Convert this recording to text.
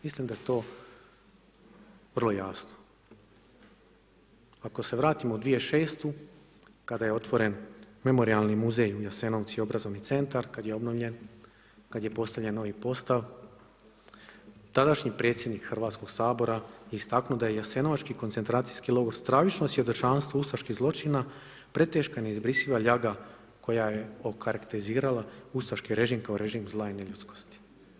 Mislim da je to vrlo jasno, ako se vratimo u 2006. kada je otvoren Memorijalni muzej Jasenovci obrazovni centar kad je obnovljen, kad je postavljen novi postav, tadašnji predsjednik Hrvatskog sabora je istaknuo da je jasenovački koncentracijski logor stravično svjedočanstvo ustaških zločina, preteška neizbrisiva ljaga koja je okarakterizirala ustaški režim kao režim zla i neljudskosti.